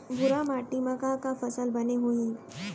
भूरा माटी मा का का फसल बने होही?